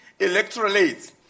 electrolytes